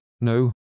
No